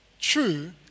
true